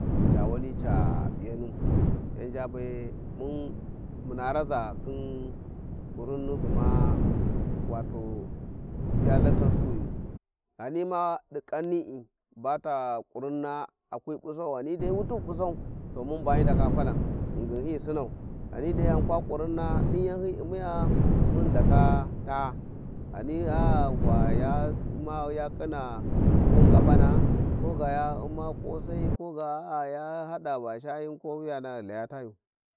﻿Ca wali ca piyanu be mun- muna raza khin kurinnu gma ya wato lalan hun suwiyu ghani madi kannina akwai busan ghani dai awuti bu busau to mun ba hi ndaka falan ghingin hi sınau, ghani dai ghan kwa kunina din yanki u`mi miya, mun ndaka ta a, ghani aa ya uimus ya ching ko ngaesang kaga ya uima kosai ko ga a'a ya hada va shayin ko wuyana ghi laya tayu.